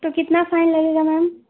तो कितना फाइन लगेगा मैम